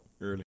Early